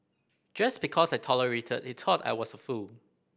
just because I tolerated he thought I was a fool